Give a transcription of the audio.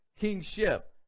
kingship